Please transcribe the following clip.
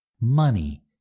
Money